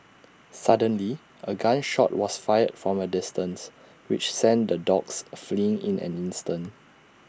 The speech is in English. suddenly A gun shot was fired from A distance which sent the dogs fleeing in an instant